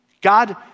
God